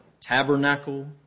tabernacle